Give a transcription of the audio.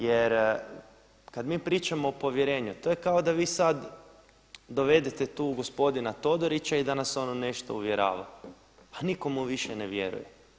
Jer kad mi pričamo o povjerenju to je kao da vi sad dovedete tu gospodina Todorića i da nas on nešto uvjerava, a nitko mu više ne vjeruje.